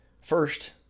First